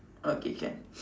okay can